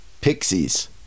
Pixies